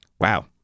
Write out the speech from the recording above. Wow